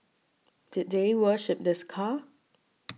did they worship this car